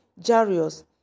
Jarius